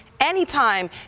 Anytime